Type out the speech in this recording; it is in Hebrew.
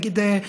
נגיד,